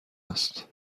است